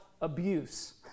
abuse